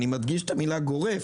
אני מדגיש את המילה "גורף",